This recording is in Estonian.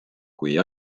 kui